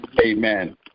Amen